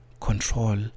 control